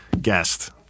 guest